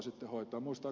muistaako ed